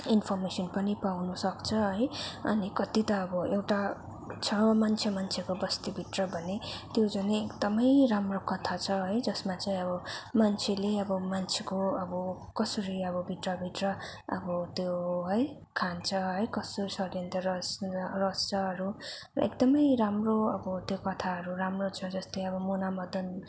information पनि पाउनु सक्छ है अनि कति त अब एउटा छ मान्छे मान्छेको बस्तीभित्र भने त्यो जुनै एकदमै राम्रो कथा छ है जसमा चाहिँ अब मान्छेले अब मान्छेको अब कसरी अब भित्र भित्र अब त्यो है खान्छ है कसो षड्यन्त्र रच्न रच्छ अरू र एकदमै राम्रो अब त्यो कथाहरू राम्रै छ जस्तै अब मुना मदन